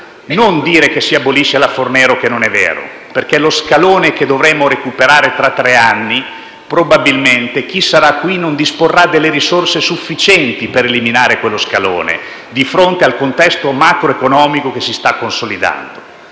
non dire che si abolisce la Fornero, perché non è vero. Rispetto allo scalone che dovremmo recuperare tra tre anni, infatti, probabilmente chi sarà al Governo non disporrà delle risorse sufficienti per eliminarlo di fronte al contesto macroeconomico che si sta consolidando.